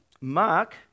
Mark